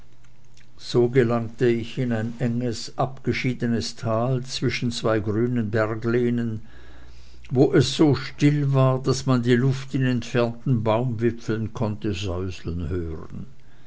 so gelangte ich in ein enges abgeschiedenes tal zwischen zwei grünen berglehnen wo es so still war daß man die luft in entfernten baumwipfeln konnte säuseln hören